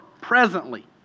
presently